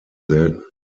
selten